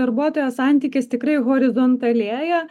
darbuotojo santykis tikrai horizontalėja